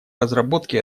разработки